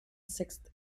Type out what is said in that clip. sixth